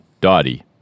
Dottie